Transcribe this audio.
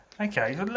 Okay